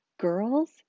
Girls